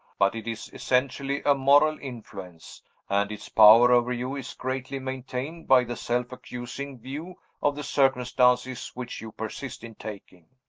but it is essentially a moral influence and its power over you is greatly maintained by the self-accusing view of the circumstances which you persist in taking.